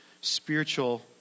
spiritual